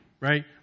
right